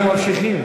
אנחנו ממשיכים.